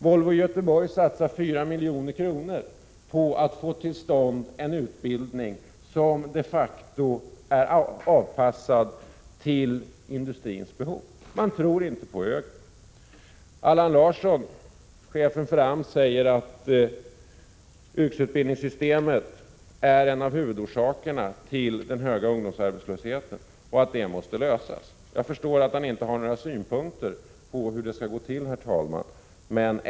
Volvo i Göteborg satsar 4 milj.kr. på att få till stånd en utbildning som de facto är avpassad för industrins behov. Allan Larsson, chefen för AMS, säger att yrkesutbildningssystemet är en av huvudorsakerna till den höga ungdomsarbetslösheten och att problemet måste lösas. Jag förstår att han inte har några synpunkter på hur det skall gå till.